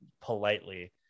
politely